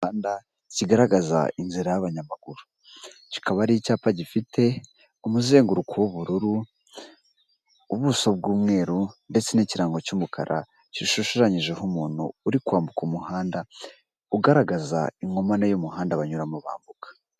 Icyapa cyo ku muhanda kigaragaza inzira y'abanyamaguru, kikaba ari icyapa gifite umuzenguruko w'ubururu ubuso bw'umweru ndetse n'ikirango cy'umukara, gishushanyijeho umuntu uri kwambuka umuhanda ugaragaza inkomane y'umuhanda banyuramo bambuka.